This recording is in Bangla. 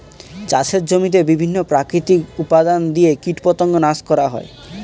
চাষের জমিতে বিভিন্ন প্রাকৃতিক উপাদান দিয়ে কীটপতঙ্গ নাশ করা হয়